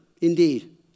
indeed